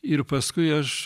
ir paskui aš